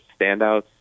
standouts